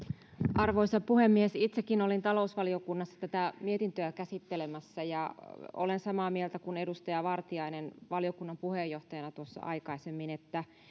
arvoisa puhemies itsekin olin talousvaliokunnassa tätä mietintöä käsittelemässä ja olen samaa mieltä kuin edustaja vartiainen valiokunnan puheenjohtajana tuossa aikaisemmin että